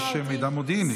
קודם כול, יש מידע מודיעיני.